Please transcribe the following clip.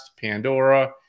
Pandora